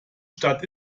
stadt